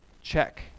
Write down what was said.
Check